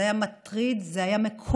זה היה מטריד, זה היה מקומם.